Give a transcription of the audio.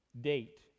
date